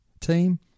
team